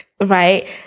Right